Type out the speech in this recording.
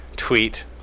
tweet